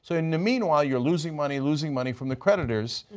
so in the meanwhile you are losing money losing money from the creditors,